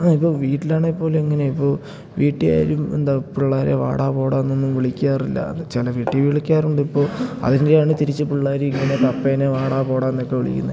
ആ ഇപ്പോള് വീട്ടിലാണെങ്കില്പ്പോലും എങ്ങനെയാണ് ഇപ്പോള് വീട്ടിലായാലും എന്താണ് പിള്ളാരെ വാടാ പോടാ എന്നൊന്നും വിളിക്കാറില്ല ചില വീട്ടില് വിളിക്കാറുണ്ട് ഇപ്പോള് അതിൻ്റെയാണ് തിരിച്ച് പിള്ളാരും ഇങ്ങനെ പപ്പയെ വാടാ പോടാ എന്നൊക്കെ വിളിക്കുന്നത്